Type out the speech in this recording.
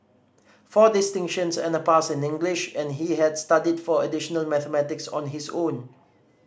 four distinctions and a pass in English and he had studied for additional mathematics on his own